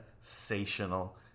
sensational